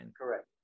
Correct